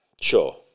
Sure